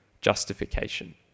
justification